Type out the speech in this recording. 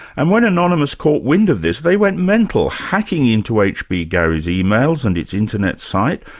and when anonymous caught wind of this, they went mental, hacking into hb gary's emails and its internet site,